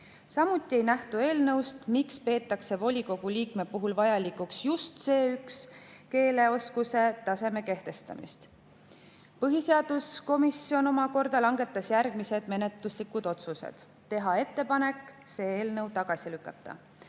Samuti ei nähtu eelnõust, miks peetakse volikogu liikme puhul vajalikuks just C1‑tasemel keeleoskuse [nõude] kehtestamist. Põhiseaduskomisjon omakorda langetas järgmised menetluslikud otsused: teha ettepanek see eelnõu tagasi lükata,